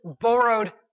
borrowed